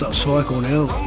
so cycle now.